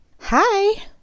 Hi